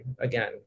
again